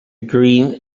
green